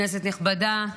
כנסת נכבדה,